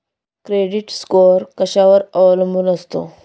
Credit score कशावर अवलंबून असतो?